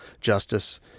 justice